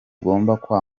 kwamburwa